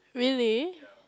really